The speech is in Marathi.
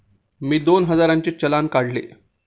मी दोन हजारांचे चलान काढले